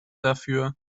dafür